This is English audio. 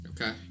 Okay